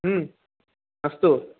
अस्तु